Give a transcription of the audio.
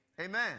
Amen